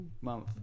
month